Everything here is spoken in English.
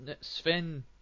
Sven